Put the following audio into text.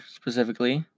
specifically